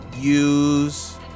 use